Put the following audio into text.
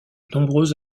nombreux